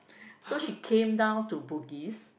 so she came down to Bugis